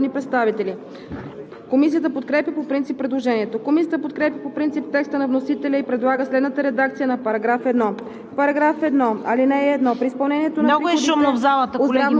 предложение на народния представител Даниела Анастасова Дариткова-Проданова и група народни представители. Комисията подкрепя по принцип предложението. Комисията подкрепя по принцип текста на вносителя и предлага следната редакция на § 1: „§ 1.